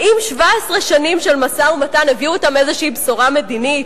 האם 17 שנים של משא-ומתן הביאו אתן איזו בשורה מדינית?